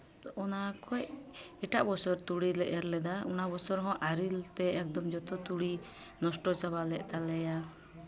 ᱚᱱᱟ ᱠᱷᱚᱡ ᱮᱴᱟᱜ ᱵᱚᱪᱷᱚᱨ ᱛᱩᱲᱤ ᱞᱮ ᱮᱨ ᱞᱮᱫᱟ ᱚᱱᱟ ᱵᱚᱪᱷᱚᱨ ᱦᱚᱸ ᱟᱨᱮᱞ ᱛᱮ ᱡᱚᱛᱚ ᱛᱩᱲᱤ ᱱᱚᱥᱴᱚ ᱪᱟᱵᱟᱞᱮᱫ ᱛᱟᱞᱮᱭᱟ